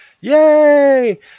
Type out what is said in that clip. Yay